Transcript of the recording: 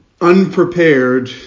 unprepared